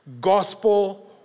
Gospel